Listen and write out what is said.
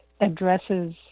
addresses